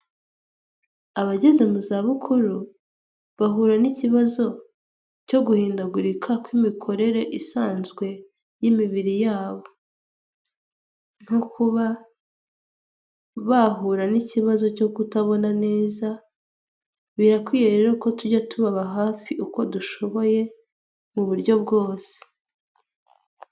Abageze mu zabukuru bahura n'ikibazo cyo guhindagurika kw'imikorere isanzwe y'imibiri yabo, nko kuba bahura n'ikibazo cyo kutabona neza, birakwiye rero ko tujya tubaba hafi uko dushoboye mu buryo bwose.